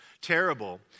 terrible